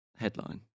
headline